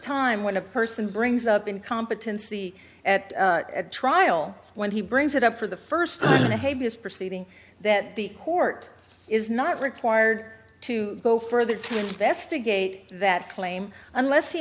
time when a person brings up incompetency at a trial when he brings it up for the first time the haven is proceeding that the court is not required to go further to investigate that claim unless he